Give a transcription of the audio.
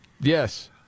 Yes